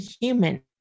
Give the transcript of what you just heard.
human